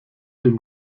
dem